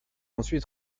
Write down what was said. ensuite